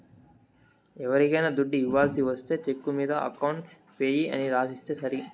ఎవరికైనా దుడ్డు ఇవ్వాల్సి ఒస్తే చెక్కు మీద అకౌంట్ పేయీ అని రాసిస్తే సరి